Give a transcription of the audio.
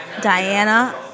Diana